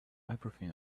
everything